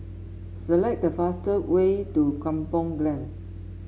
select the fastest way to Kampong Glam